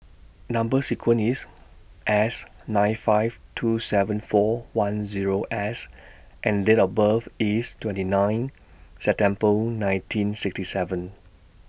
Number sequence IS S nine five two seven four one Zero S and Date of birth IS twenty nine September nineteen sixty seven